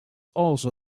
also